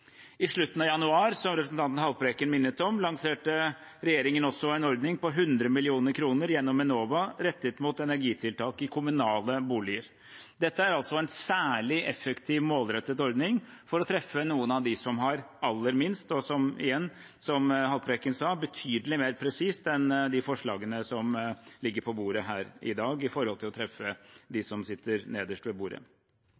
I slutten av januar, som representanten Haltbrekken minnet om, lanserte regjeringen også en ordning på 100 mill. kr gjennom Enova rettet mot energitiltak i kommunale boliger. Dette er altså en særlig effektiv og målrettet ordning for å treffe noen av dem som har aller minst, og som – igjen, som Haltbrekken sa – er betydelig mer presis enn de forslagene som ligger på bordet her i dag, når det gjelder å treffe